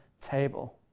table